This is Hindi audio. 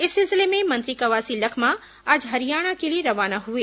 इस सिलसिले में मंत्री कवासी लखमा आज हरियाणा के लिए रवाना हुए